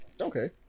okay